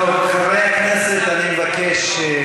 חברי הכנסת, אני מבקש.